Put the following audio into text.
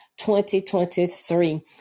2023